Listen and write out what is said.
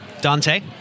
Dante